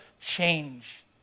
change